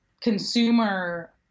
consumer